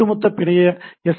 ஒட்டுமொத்த பிணைய எஸ்